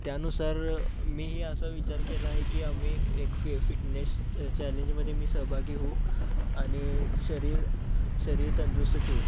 त्यानुसार मीही असा विचार केला आहे की आम्ही एक फि फिटनेस चॅलेंजमध्ये मी सहभागी होऊ आणि शरीर शरीर तंदुरुस्त ठेवू